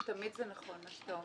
תמיד זה נכון, מה שאתה אומר.